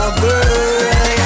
girl